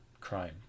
crime